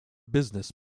business